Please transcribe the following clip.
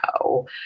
no